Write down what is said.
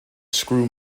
screw